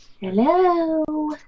Hello